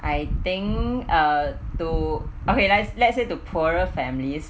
I think uh to okay like let's say to poorer families